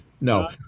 No